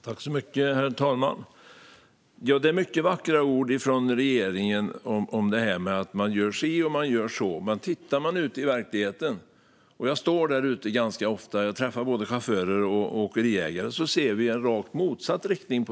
Herr talman! Det är mycket vackra ord från regeringen om detta; man gör si och man gör så. Jag står dock där ute i verkligheten ganska ofta och träffar både chaufförer och åkeriägare, och där ser vi rakt motsatt riktning.